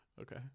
okay